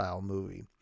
movie